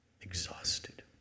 exhausted